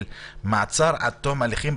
של מעצר עד תום ההליכים.